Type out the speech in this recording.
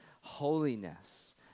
holiness